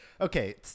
Okay